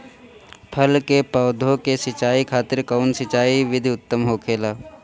फल के पौधो के सिंचाई खातिर कउन सिंचाई विधि उत्तम होखेला?